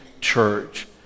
church